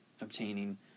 obtaining